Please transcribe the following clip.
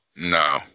no